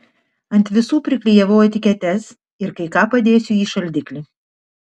ant visų priklijavau etiketes ir kai ką padėsiu į šaldiklį